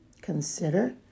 consider